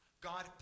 God